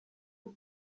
ist